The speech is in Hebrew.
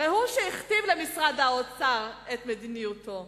הרי הוא שהכתיב למשרד האוצר את מדיניותו.